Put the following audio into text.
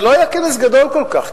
זה לא היה כנס גדול כל כך,